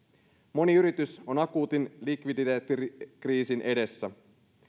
moni yritys on akuutin likviditeettikriisin edessä